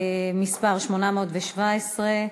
מס' 817: